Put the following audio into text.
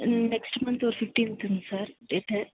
next month ஒரு ஃபிஃப்டின்த்துங்க sir date